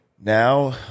now